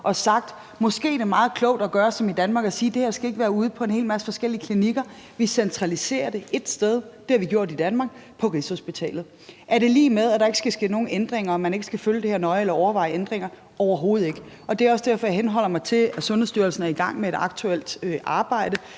og sagt: Måske er det meget klogt at gøre som i Danmark, nemlig at sige, at det her ikke skal være ude på en hel masse forskellige klinikker; vi centraliserer det ét sted. Det har man gjort i Danmark på Rigshospitalet. Er det lig med, at der ikke skal ske nogen ændringer, og at man ikke skal følge det her nøje eller overveje ændringer? Overhovedet ikke. Det er også derfor, jeg henholder mig til, at Sundhedsstyrelsen aktuelt er i gang med et arbejde